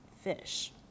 fish